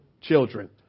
children